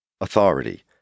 authority